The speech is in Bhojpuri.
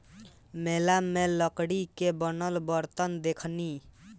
मेला में लकड़ी के बनल बरतन देखनी